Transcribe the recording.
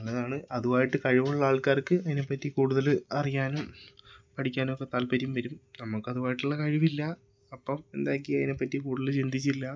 നല്ലതാണ് അതുവായിട്ട് കഴിവുള്ള ആൾക്കാർക്ക് അതിനെപ്പറ്റി കൂടുതല് അറിയാനും പഠിക്കാനുമൊക്കെ താല്പര്യം വരും നമുക്ക് അതുവായിട്ടുള്ള കഴിവില്ല അപ്പം എന്താക്കി അതിനെപ്പറ്റി കൂടുതല് ചിന്തിച്ചില്ല